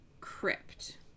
crypt